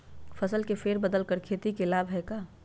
फसल के फेर बदल कर खेती के लाभ है का?